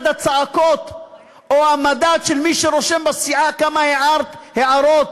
הצעקות או המדד של מי שרושם בסיעה כמה הערות הערת